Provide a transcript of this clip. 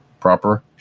proper